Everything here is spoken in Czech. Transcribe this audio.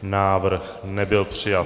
Návrh nebyl přijat.